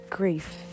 Grief